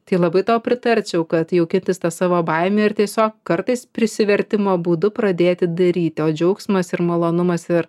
tai labai tau pritarčiau kad jaukintis tą savo baimę ir tiesiog kartais prisivertimo būdu pradėti daryti o džiaugsmas ir malonumas ir